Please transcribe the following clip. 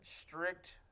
strict